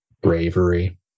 bravery